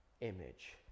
image